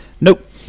Nope